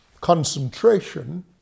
concentration